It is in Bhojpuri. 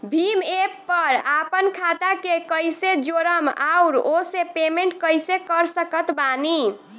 भीम एप पर आपन खाता के कईसे जोड़म आउर ओसे पेमेंट कईसे कर सकत बानी?